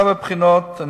לגבי בחינות,